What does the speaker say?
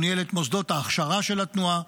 הוא ניהל את מוסדות ההכשרה של התנועה,